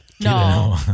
No